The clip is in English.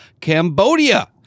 Cambodia